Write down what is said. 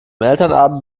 elternabend